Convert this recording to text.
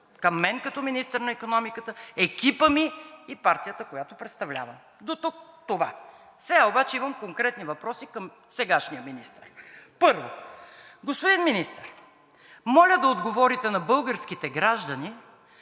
към мен, като министър на икономиката, екипът ми и партията, която представлявам. Дотук това. Сега обаче имам конкретни въпроси към сегашния министър. Първо, господин Министър, моля да отговорите на българските граждани